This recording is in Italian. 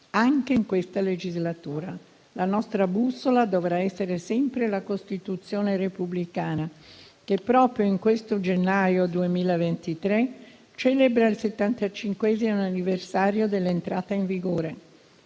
anche in questa legislatura. La nostra bussola dovrà essere sempre la Costituzione repubblicana, che proprio in questo gennaio 2023 celebra il settantacinquesimo anniversario dell'entrata in vigore.